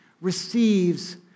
receives